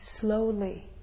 Slowly